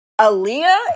Aaliyah